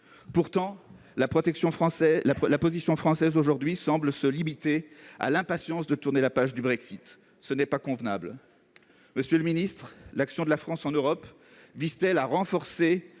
Pourtant, la position française semble aujourd'hui se limiter à l'impatience de tourner la page du Brexit : ce n'est pas convenable. Monsieur le ministre, l'action de la France en Europe vise-t-elle à renforcer